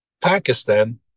Pakistan